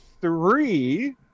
three